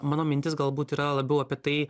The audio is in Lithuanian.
mano mintis galbūt yra labiau apie tai